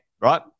Right